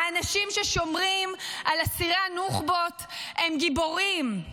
האנשים ששומרים על אסירי הנוח'בות הם גיבורים.